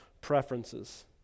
preferences